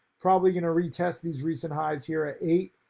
probably gonna retest these recent highs here at eight,